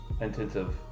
intensive